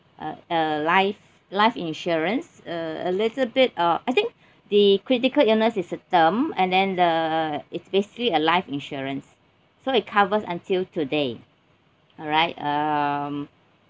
uh a life life insurance uh a little bit uh I think the critical illness is a term and then the it's basically a life insurance so it covers until today alright um